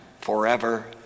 forever